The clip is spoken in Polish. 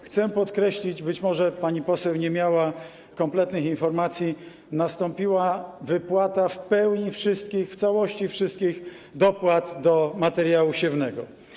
Chcę podkreślić - być może pani poseł nie miała kompletnych informacji - że nastąpiła wypłata w pełni wszystkich, w całości wszystkich dopłat do materiału siewnego.